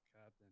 captain